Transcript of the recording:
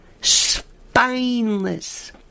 spineless